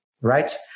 right